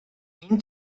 این